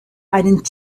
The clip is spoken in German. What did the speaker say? einen